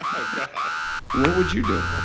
oh, god what would you do?